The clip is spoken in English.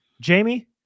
Jamie